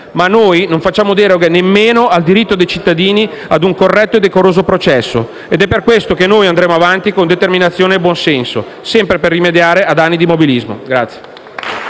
ma noi non facciamo deroghe nemmeno al diritto dei cittadini a un corretto e decoroso processo. Ed è per questo che andremo avanti con determinazione e buonsenso, sempre per rimediare ad anni di immobilismo